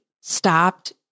stopped